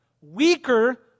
Weaker